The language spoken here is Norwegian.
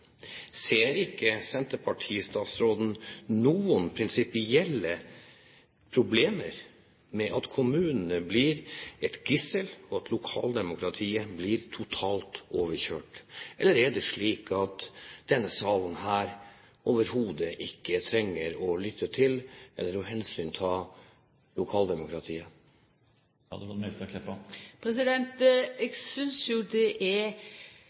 Ser ikke senterpartistatsråden noen prinsipielle problemer med at kommunene blir et gissel, og at lokaldemokratiet blir totalt overkjørt? Eller er det slik at denne salen her overhodet ikke trenger å lytte til eller hensynta lokaldemokratiet? Eg synest jo det er